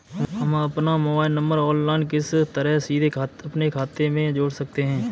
हम अपना mobile number online किस तरह सीधे अपने खाते में जोड़ सकते हैं?